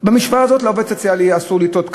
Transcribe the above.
לעובד הסוציאלי יהיה אסור לטעות,